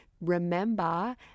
Remember